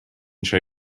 show